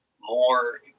more